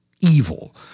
evil